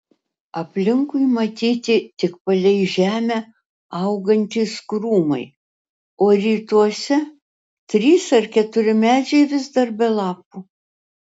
aplinkui matyti tik palei žemę augantys krūmai o rytuose trys ar keturi medžiai vis dar be lapų